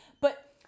But-